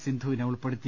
സിന്ധുവിനെ ഉൾപ്പെടുത്തി